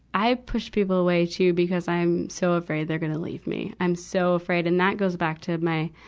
i push people away, too, because i'm so afraid they're gonna leave me. i'm so afraid, and that goes back to my,